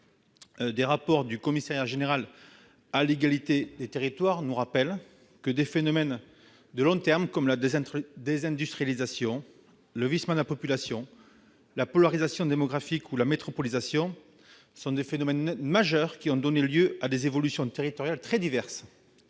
Les rapports du commissariat général à l'égalité des territoires nous rappellent régulièrement que les évolutions de long terme- désindustrialisation, vieillissement de la population, polarisation démographique ou métropolisation -sont des phénomènes majeurs, qui ont donné lieu à des évolutions territoriales très diverses